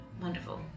Wonderful